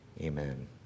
Amen